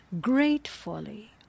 Gratefully